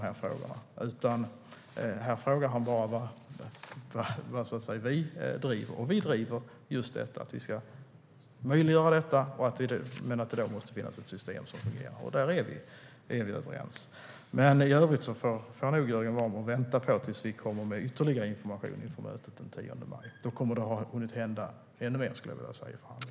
Han frågar bara vad vi driver. Vi driver att vi ska möjliggöra detta men att det måste finnas ett system som fungerar. Där är vi överens. Men i övrigt får nog Jörgen Warborn vänta tills vi kommer med ytterligare information inför mötet den 10 maj. Då kommer det att ha hunnit hända ännu mer i förhandlingarna, skulle jag vilja säga.